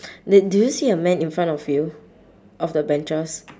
d~ do you see a man in front of you of the benches